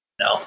No